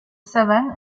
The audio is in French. savane